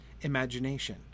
imagination